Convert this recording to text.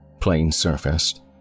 plain-surfaced